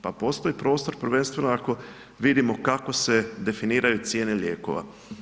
Pa postoji prostor prvenstveno, ako vidimo kako se definiraju cijene lijekova.